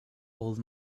old